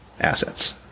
assets